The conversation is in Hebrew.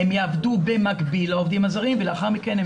הם יעבדו במקביל לעובדים הזרים ולאחר מכן הם